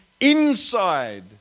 inside